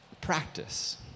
Practice